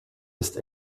ist